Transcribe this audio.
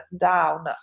down